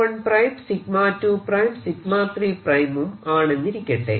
𝜎1ʹ 𝜎2ʹ 𝜎3ʹ ഉം ആണെന്നിരിക്കട്ടെ